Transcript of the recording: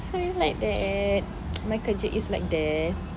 so it's like that my kerja is like that